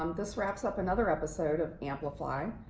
um this wraps up another episode of aamplify!